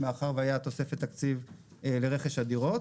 מאחר והייתה תוספת תקציב לרכש הדירות.